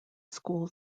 school